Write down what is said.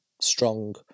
strong